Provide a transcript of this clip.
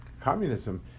communism